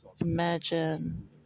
imagine